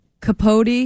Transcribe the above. Capote